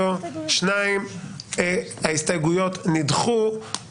2. הצבעה ההסתייגויות לא נתקבלו ההסתייגויות לא התקבלו.